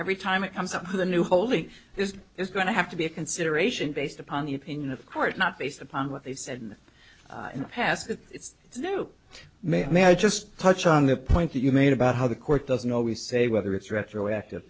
every time it comes up with a new holy this is going to have to be a consideration based upon the opinion of court not based upon what they said in the past that it's to do may i may i just touch on the point that you made about how the court doesn't always say whether it's retroactive